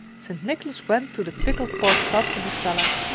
st. nicholas went to the pickled-pork tub in the cellar.